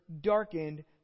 darkened